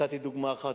נתתי דוגמה אחת,